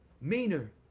meaner